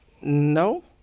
no